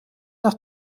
nach